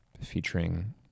featuring